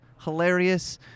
Hilarious